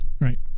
Right